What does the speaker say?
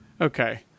okay